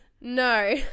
No